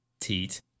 Teat